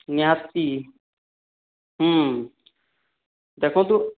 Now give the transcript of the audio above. math ବି ହୁଁ ଦେଖନ୍ତୁ